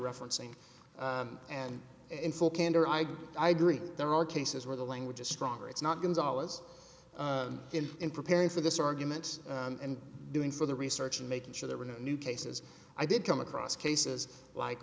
referencing and in full candor i guess i agree there are cases where the language is stronger it's not going dollars in in preparing for this argument and doing for the research and making sure there were no new cases i did come across cases like